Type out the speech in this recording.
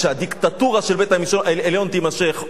שהדיקטטורה של בית-המשפט העליון תימשך.